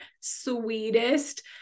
sweetest